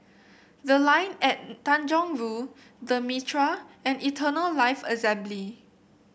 The Line at Tanjong Rhu The Mitraa and Eternal Life Assembly